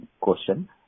question